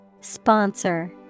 Sponsor